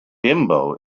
bimbo